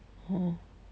哦